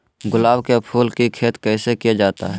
गुलाब के फूल की खेत कैसे किया जाता है?